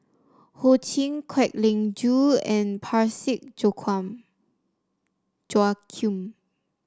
Ho Ching Kwek Leng Joo and Parsick Joaquim